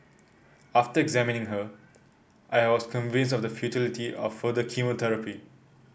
after examining her I was convinced of the futility of further chemotherapy